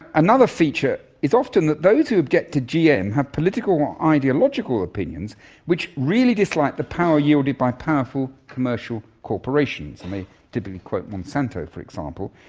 another feature is often that those who object to gm have political or ideological opinions which really dislike the power yielded by powerful commercial corporations, and they typically quote monsanto, for example,